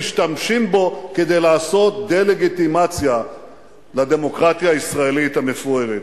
משתמשים בו כדי לעשות דה-לגיטימציה לדמוקרטיה הישראלית המפוארת.